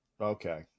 Okay